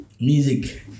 Music